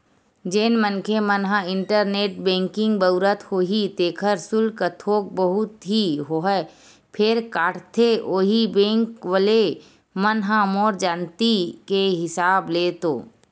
जेन मनखे मन ह इंटरनेट बेंकिग बउरत होही तेखर सुल्क थोक बहुत ही होवय फेर काटथे होही बेंक वले मन ह मोर जानती के हिसाब ले तो